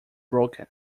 broken